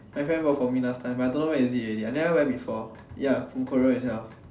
my friend bought for me last time but I don't know where is it already I never wear before ya from Korea itself